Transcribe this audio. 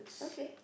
okay